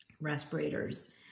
respirators